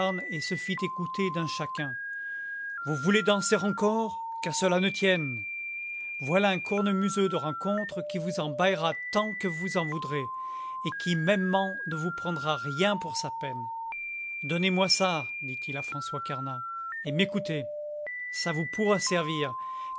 et se fit écouter d'un chacun vous voulez danser encore qu'à cela ne tienne voilà un cornemuseux de rencontre qui vous en baillera tant que vous en voudrez et qui mêmement ne vous prendra rien pour sa peine donnez-moi ça dit-il à françois carnat et m'écoutez ça vous pourra servir